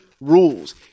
rules